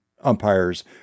umpires